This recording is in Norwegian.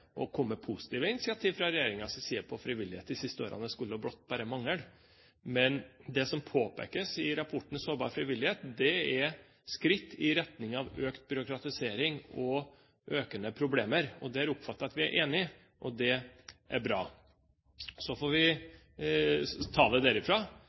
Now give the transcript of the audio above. positive initiativ fra regjeringens side når det gjelder frivillighet de siste årene – det skulle bare mangle. Men det som påpekes i rapporten Sårbar frivillighet, er skritt i retning av økt byråkratisering og økende problemer. Der oppfatter jeg at vi er enige. Det er bra. Så får vi